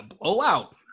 blowout